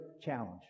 challenge